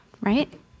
right